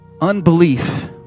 Unbelief